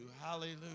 Hallelujah